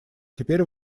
теперь